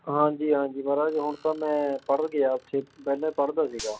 ਹਾਂਜੀ ਹਾਂਜੀ ਮਹਾਰਾਜ ਹੁਣ ਤਾਂ ਮੈਂ ਪੜ੍ਹਨ ਗਿਆ ਉੱਥੇ ਪਹਿਲਾਂ ਪੜ੍ਹਦਾ ਸੀਗਾ